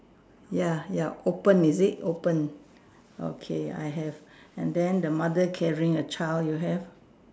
ya ya open is it open okay I have and then the mother carrying a child you have